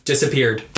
disappeared